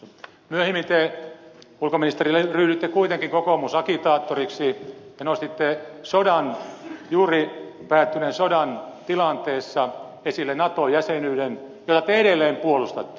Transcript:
myöhemmin te ulkoministeri ryhdyitte kuitenkin kokoomusagitaattoriksi ja nostitte juuri päättyneen sodan tilanteessa esille nato jäsenyyden jota te edelleen puolustatte